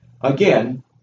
Again